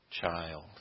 Child